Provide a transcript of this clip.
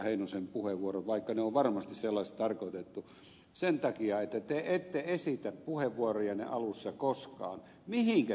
heinosen puheenvuorot vaikka ne on varmasti sellaisiksi tarkoitettu sen takia että te ette esitä puheenvuorojenne alussa koskaan mihinkä te pyritte